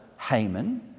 Haman